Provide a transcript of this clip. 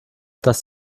das